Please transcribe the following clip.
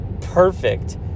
perfect